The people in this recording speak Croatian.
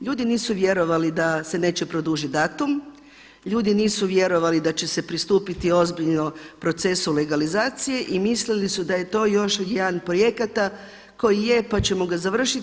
Ljudi nisu vjerovali da se neće produžiti datum, ljudi nisu vjerovali da će se pristupiti ozbiljno procesu legalizacije i mislili su da je to još jedan od projekata koji je pa ćemo ga završiti.